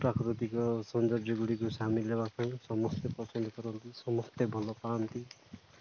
ପ୍ରାକୃତିକ ସୌନ୍ଦର୍ଯ୍ୟ ଗୁଡ଼ିିକ ସାମିଲ ହେବା ପାଇଁ ସମସ୍ତେ ପସନ୍ଦ କରନ୍ତି ସମସ୍ତେ ଭଲ ପାଆନ୍ତି